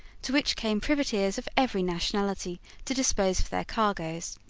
to which came privateers of every nationality to dispose of their cargoes.